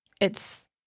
it's-